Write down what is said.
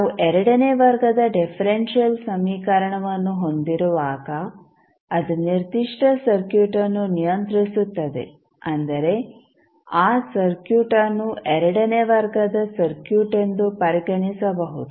ನಾವು ಎರಡನೇ ವರ್ಗದ ಡಿಫರೆಂಶಿಯಲ್ ಸಮೀಕರಣವನ್ನು ಹೊಂದಿರುವಾಗ ಅದು ನಿರ್ದಿಷ್ಟ ಸರ್ಕ್ಯೂಟ್ ಅನ್ನು ನಿಯಂತ್ರಿಸುತ್ತದೆ ಅಂದರೆ ಆ ಸರ್ಕ್ಯೂಟ್ ಅನ್ನು ಎರಡನೇ ವರ್ಗದ ಸರ್ಕ್ಯೂಟ್ ಎಂದು ಪರಿಗಣಿಸಬಹುದು